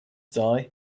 die